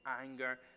anger